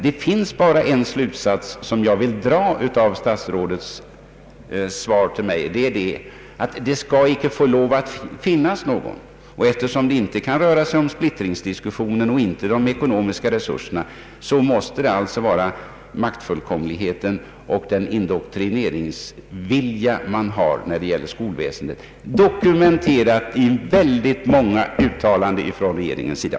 Det finns bara en slutsats att dra av statsrådets svar till mig, nämligen att en enskild sektor av det här slaget inte skall få lov att bestå. Eftersom det här inte kan gälla splittringsdiskussionen och inte de ekonomiska resurserna, måste den av regeringen förda politiken på utbildningsväsendets område i detta fall vara ett uttryck för maktfullkomlighet och indoktrineringsvilja, dokumenterat i många uttalanden från regeringens sida.